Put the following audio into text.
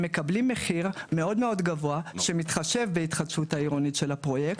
הם מקבלים מחיר מאוד מאוד גבוה שמתחשב בהתחדשות העירונית של הפרויקט,